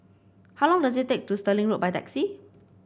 how long does it take to Stirling Road by taxi